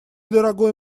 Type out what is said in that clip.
дорогой